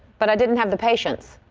but i didn't have the patience.